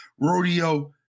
Rodeo